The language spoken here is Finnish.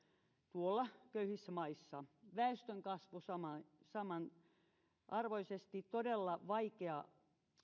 tuolla köyhissä maissa väestönkasvu on samanarvoisesti todella vaikea